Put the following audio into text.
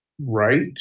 right